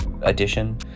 edition